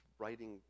writing